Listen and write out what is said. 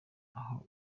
aho